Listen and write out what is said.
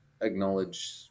acknowledge